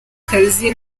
kazi